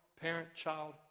parent-child